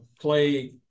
play